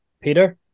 Peter